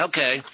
Okay